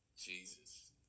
Jesus